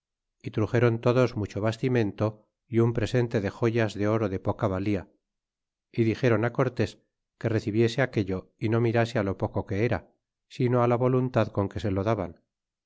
y truxéron todos mucho bastimento y un presente de joyas de oro de poca valia dixéron cortés que recibiese aquello y no mirase lo poco que era sino la voluntad con que se lo daban